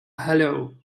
hello